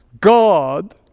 God